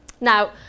now